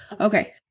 Okay